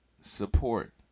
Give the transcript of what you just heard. support